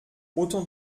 autant